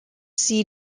sea